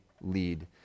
lead